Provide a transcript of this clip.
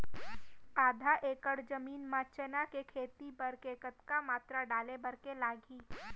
आधा एकड़ जमीन मा चना के खेती बर के कतका मात्रा डाले बर लागही?